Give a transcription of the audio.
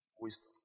Wisdom